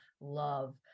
love